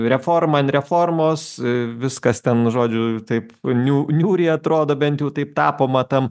reforma an reformos viskas ten žodžiu taip niū niūriai atrodo bent jau taip tapoma tam